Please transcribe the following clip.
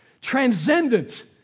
transcendent